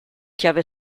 chiave